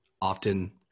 often